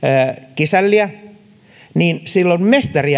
kisälliä mestari